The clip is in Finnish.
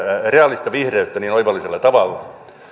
reaalista vihreyttä niin oivallisella tavalla